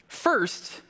First